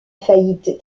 faillite